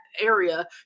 area